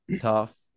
tough